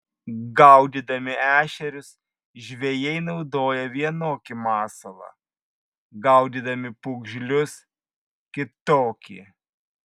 gaudydami ešerius žvejai naudoja vienokį masalą gaudydami pūgžlius kitokį